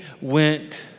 went